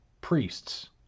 priests